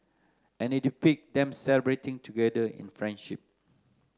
and it depict them celebrating together in friendship